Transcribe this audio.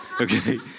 okay